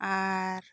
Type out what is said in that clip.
ᱟᱨ